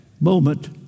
moment